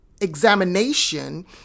examination